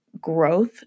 growth